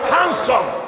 Handsome